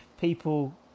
people